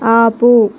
ఆపు